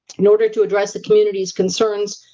in order to address the community's concerns,